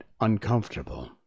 uncomfortable